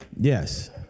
Yes